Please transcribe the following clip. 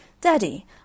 Daddy